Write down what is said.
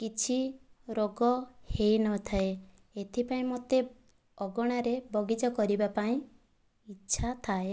କିଛି ରୋଗ ହୋଇନଥାଏ ଏଥିପାଇଁ ମୋତେ ଅଗଣାରେ ବଗିଚା କରିବା ପାଇଁ ଇଚ୍ଛା ଥାଏ